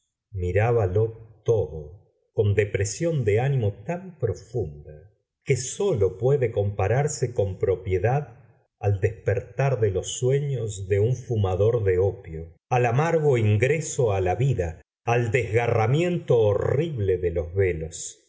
moribundos mirábalo todo con depresión de ánimo tan profunda que sólo puede compararse con propiedad al despertar de los sueños de un fumador de opio al amargo ingreso a la vida al desgarramiento horrible de los velos